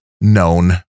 known